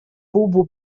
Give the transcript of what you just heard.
bobo